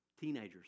teenagers